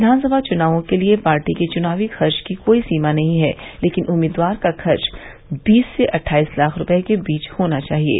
विधानसभा चुनावों के लिये पार्टी के चुनावी खर्च की कोई सीमा नहीं है लेकिन उम्मीदवार का खर्च बीस से अट्ठाईस लाख रुपये के बीच होना चाहिये